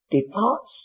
departs